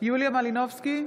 יוליה מלינובסקי,